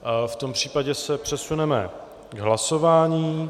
V tom případě se přesuneme k hlasování.